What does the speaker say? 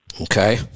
Okay